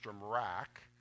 Rack